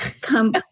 Come